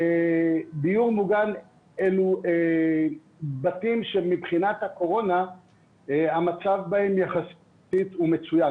דיור מוגן אלו בתים שמבחינת הקורונה המצב בהם הוא יחסית מצוין,